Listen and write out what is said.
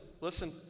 listen